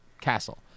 Castle